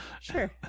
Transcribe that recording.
Sure